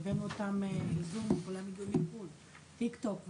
והבאנו אותם לדיון: טיק-טוק,